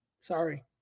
Sorry